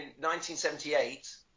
1978